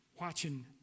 watching